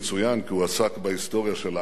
כי הוא עסק בהיסטוריה של הארץ,